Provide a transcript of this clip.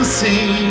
see